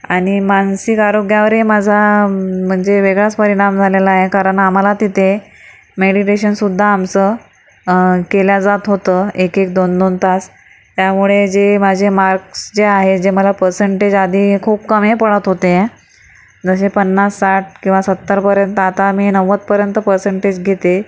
आणि मानसिक आरोग्यावरही माझा म्हणजे वेगळाच परिणाम झालेला आहे कारण आम्हाला तिथे मेडिटेशन सुध्दा आमचं केलं जात होतं एक एक दोन दोन तास त्यामुळे जे माझे मार्क्स जे आहे जे मला पेरसेनटेज आधी खूप कमी पडत होते जसे पन्नास साठ किंवा सत्तरपर्यंत आता मी नव्वदपर्यंत पेरसेनटेज घेते